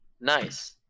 Nice